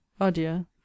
Adieu